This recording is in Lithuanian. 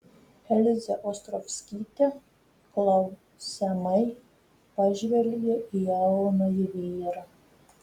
elzė ostrovskytė klausiamai pažvelgė į jaunąjį vyrą